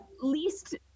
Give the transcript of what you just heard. least